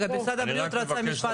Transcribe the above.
משרד הבריאות רצה משפט אחרון.